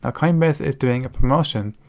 ah coinbase is doing a promotion,